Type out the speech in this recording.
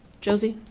josie?